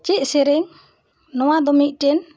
ᱪᱮᱫ ᱥᱮᱨᱮᱧ ᱱᱚᱣᱟ ᱫᱚ ᱢᱤᱫᱴᱮᱱ